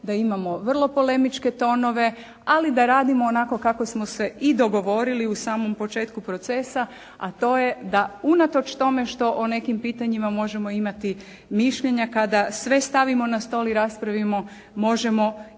da imamo vrlo polemičke tonove. Ali da radimo onako kako smo se i dogovorili u samom početku procesa, a to je da unatoč tome što o nekim pitanjima možemo imati mišljenja kada sve stavimo na stol i raspravimo možemo i dolazimo